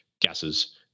gases